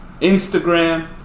Instagram